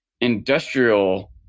industrial